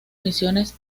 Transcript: misiones